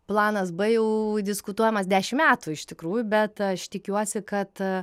planas b jau diskutuojamas dešimt metų iš tikrųjų bet aš tikiuosi kad